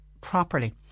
properly